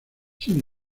sin